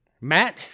Matt